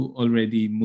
already